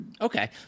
Okay